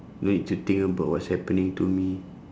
don't need to think about what's happening to me